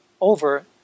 over